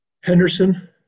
Henderson